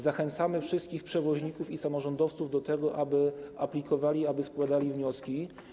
Zachęcamy wszystkich przewoźników i samorządowców do tego, aby aplikowali, aby składali wnioski.